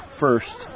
first